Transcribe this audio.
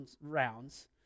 rounds